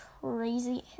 crazy